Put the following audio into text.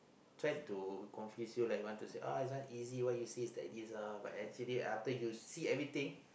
try to confuse you like want to say oh this one easy what you see it's like this lah but actually after you see everything